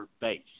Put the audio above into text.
base